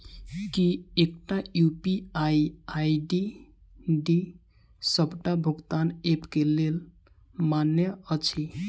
की एकटा UPI ID डी सबटा भुगतान ऐप केँ लेल मान्य अछि?